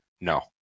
No